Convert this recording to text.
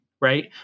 right